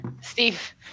Steve